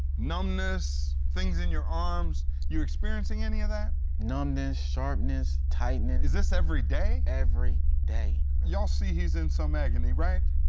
numbness, things in your arms, you experiencing any of that? numbness, sharpness, tightness. brogdon is this every day? every day. y'all see he's in some agony, right?